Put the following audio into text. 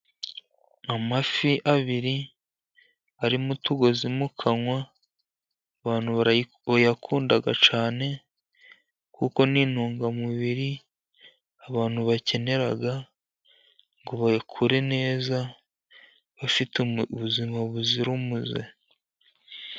Amafi abiri arimo utugozi mu kanwa, abantu barayakunda cyane, kuko ni intungamubiri abantu bakenera ngo bakure neza, bafite ubuzima buzira umuze.